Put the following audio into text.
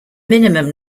minimum